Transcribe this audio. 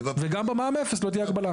וגם במע"מ אפס לא תהיה הגבלה.